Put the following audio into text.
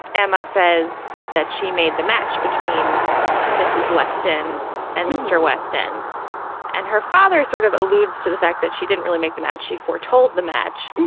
emma says that she made the match between mrs weston and mr weston and her father sort of alludes to the fact that she didn't really make them out. she foretold the match.